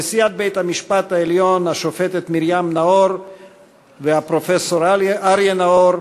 נשיאת בית-המשפט העליון השופטת מרים נאור והפרופסור אריה נאור,